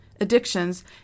addictions